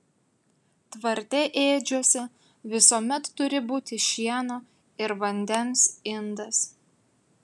tvarte ėdžiose visuomet turi būti šieno ir vandens indas